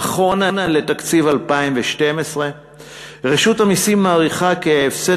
נכון לתקציב 2012. רשות המסים מעריכה כי ההפסד